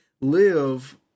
live